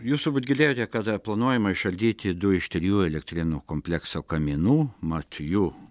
jūs turbūt girdėjote kada planuojama išardyti du iš trijų elektrėnų komplekso kaminų mat jų